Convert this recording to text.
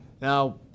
Now